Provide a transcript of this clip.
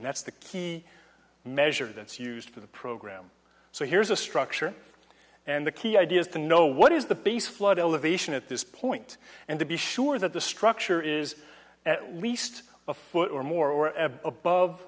and that's the key measure that's used for the program so here's a structure and the key ideas to know what is the base flood elevation at this point and to be sure that the structure is at least a foot or more or above